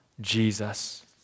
Jesus